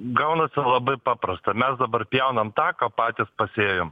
gaunasi labai paprasta mes dabar pjaunam tą ką patys pasėjom